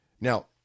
Now